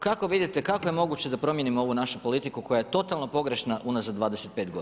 Kako vidite kako je moguće da promijenimo ovu našu politiku koja je totalno pogrešna unazad 25 godina?